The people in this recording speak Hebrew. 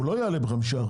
הוא לא יעלה ב-5%.